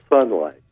sunlight